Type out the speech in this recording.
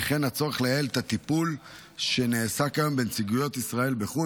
וכן הצורך לייעל את הטיפול שנעשה כיום בנציגויות ישראל בחו"ל